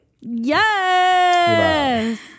Yes